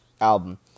album